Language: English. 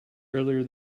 earlier